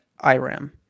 IRAM